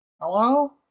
Hello